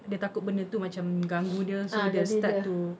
dia takut benda tu macam ganggu dia so dia start to